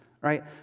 right